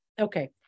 okay